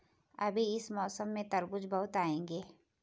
अभी इस मौसम में तरबूज बहुत आएंगे